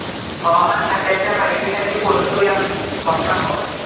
हवामान खात्याच्या मायतीसाठी कोनचं ॲप वापराव?